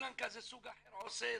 בקזבלנקה סוג אחר עושה,